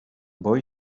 boy